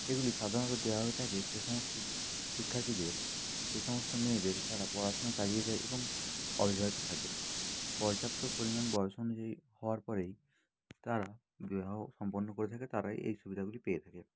এগুলি সাধারণত দেওয়া হয়ে থাকে সে সমস্ত শিক্ষার্থীদের সে সমস্ত মেয়েদের যারা পড়াশোনা চালিয়ে যায় এবং অবিবাহিত থাকে পর্যাপ্ত পরিমাণ বয়স অনুযায়ী হওয়ার পরেই তারা বিবাহ সম্পন্ন করে থাকে তারাই এই সুবিধাগুলি পেয়ে থাকে